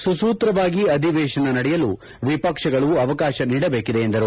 ಸೂಸೂತ್ರವಾಗಿ ಅಧಿವೇಶನ ನಡೆಯಲು ವಿಪಕ್ಷಗಳು ಅವಕಾಶ ನೀಡಬೇಕಿದೆ ಎಂದರು